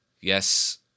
Yes